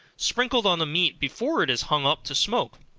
sprinkled on the meat before it is hung up to smoke,